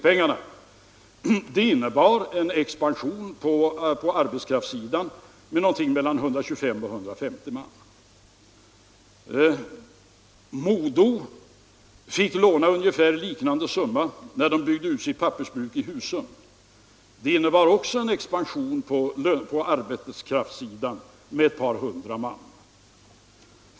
Det lånet innebar en expansion på arbetskraftssidan med någonting mellan 125 och 150 man. MoDo fick låna ungefär motsvarande summa när pappersbruket i Husum byggdes ut. Det innebar också en expansion på arbetskraftssidan med ett par hundra man.